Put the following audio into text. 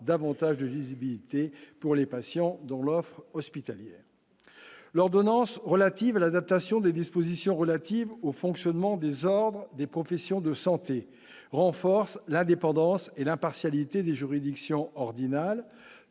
davantage de visibilité pour les patients, dont l'offre hospitalière l'ordonnance relative à l'adaptation des dispositions relatives au fonctionnement des ordres des professions de santé, renforce l'indépendance et l'impartialité des juridiction ordinale